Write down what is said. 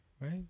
right